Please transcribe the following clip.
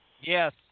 Yes